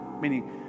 Meaning